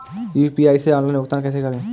UPI से online भुगतान कैसे करें?